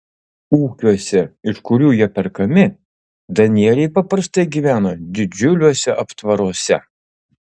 ūkiuose iš kurių jie perkami danieliai paprastai gyvena didžiuliuose aptvaruose